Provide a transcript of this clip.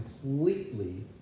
completely